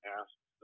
asked